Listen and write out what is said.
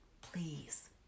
Please